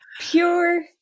pure